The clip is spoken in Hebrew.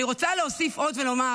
אני רוצה להוסיף עוד ולומר